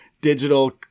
digital